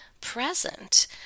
present